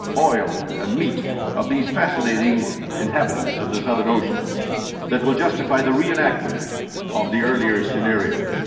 oil and meat of these fascinating inhabitants of the southern oceans that will justify the re-enactment of the earlier scenario.